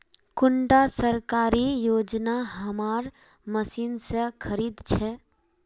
कुंडा सरकारी योजना हमार मशीन से खरीद छै?